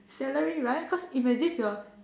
salary right cause imagine you're